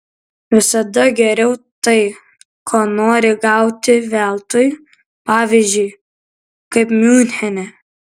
visada geriau tai ko nori gauti veltui pavyzdžiui kaip miunchene